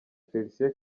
felicien